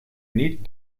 need